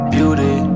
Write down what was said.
Beauty